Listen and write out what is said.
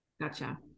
Gotcha